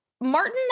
Martin